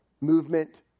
movement